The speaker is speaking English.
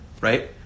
right